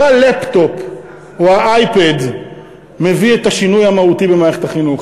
לא הלפטופ או האייפד מביאים את השינוי המהותי במערכת החינוך.